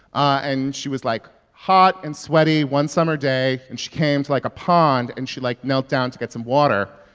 and she was, like, hot and sweaty one summer day. and she came to, like, a pond. and she, like, knelt down to get some water.